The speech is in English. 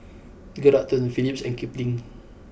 Geraldton Philips and Kipling